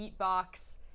beatbox